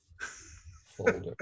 folder